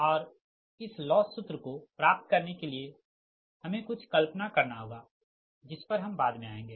और इस लॉस सूत्र को प्राप्त करने के लिए हमे कुछ कल्पना करना होगा जिसपर हम बाद में आएँगे